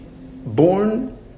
born